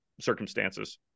circumstances